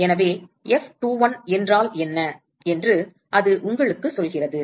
எனவே F21 என்றால் என்ன என்று அது உங்களுக்குச் சொல்கிறது